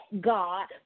God